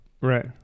right